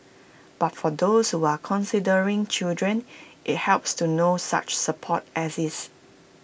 but for those who are considering children IT helps to know such support exists